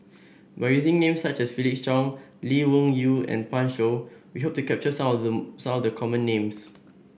by using names such as Felix Cheong Lee Wung Yew and Pan Shou we hope to capture some of them some of the common names